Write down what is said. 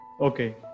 Okay